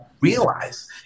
realize